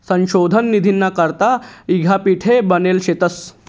संशोधन निधीना करता यीद्यापीठे बनेल शेतंस